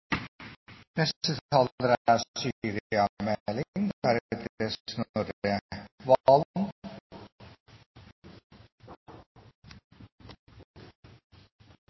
Neste taler er